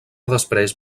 després